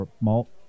malt